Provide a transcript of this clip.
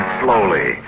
slowly